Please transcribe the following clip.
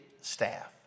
staff